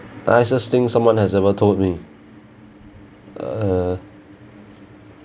nicest thing someone has ever told me uh